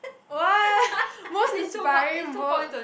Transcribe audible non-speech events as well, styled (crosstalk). !wah! (laughs) most inspiring book